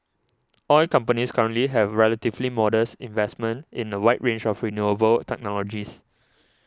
oil companies currently have relatively modest investments in a wide range of renewable technologies